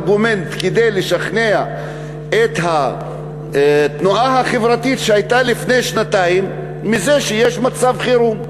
כדי לשכנע את התנועה החברתית שהייתה לפני שנתיים מזה שיש מצב חירום?